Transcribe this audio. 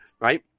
right